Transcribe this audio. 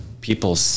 people